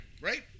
Right